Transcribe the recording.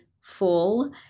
full